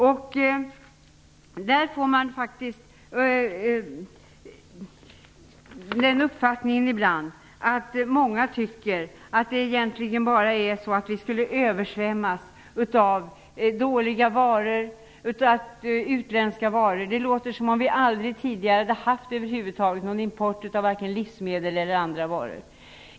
Man får ibland den uppfattningen att många anser att vi bara skulle översvämmas av dåliga utländska varor. Det låter som att vi över huvud taget aldrig tidigare hade haft någon import av vare sig livsmedel eller andra varor.